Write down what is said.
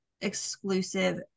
exclusive